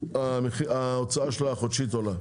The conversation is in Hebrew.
ההוצאה החודשית שלה עולה.